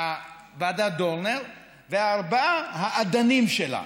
דיברנו על ועדת דורנר וארבעת האדנים שלה.